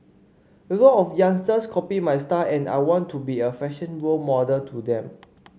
a lot of youngsters copy my style and I want to be a fashion role model to them